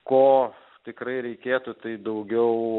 ko tikrai reikėtų tai daugiau